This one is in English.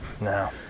no